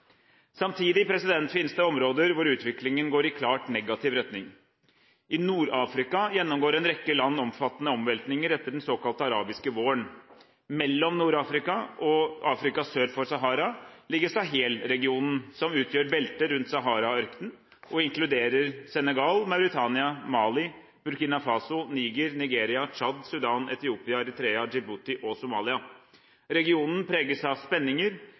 Samtidig finnes det områder hvor utviklingen går i klart negativ retning. I Nord-Afrika gjennomgår en rekke land omfattende omveltninger etter den såkalte arabiske våren. Mellom Nord-Afrika og Afrika sør for Sahara ligger Sahel-regionen – som utgjør beltet rundt Sahara-ørkenen og inkluderer Senegal, Mauritania, Mali, Burkina Faso, Niger, Nigeria, Tsjad, Sudan, Etiopia, Eritrea, Djibouti og Somalia. Regionen preges av spenninger,